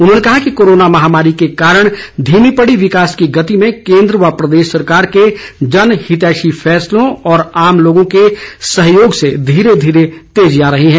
उन्होंने कहा कि कोरोना महामारी के कारण धीमी पड़ी विकास की गति में केन्द्र व प्रदेश सरकार के जन हितैषी फैसलों और आम लोगों के सहयोग से धीरे धीरे तेजी आ रही है